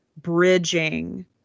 bridging